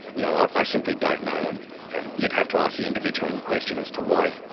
you know, i simply don't know and you'd have to ask the individual in question as to why,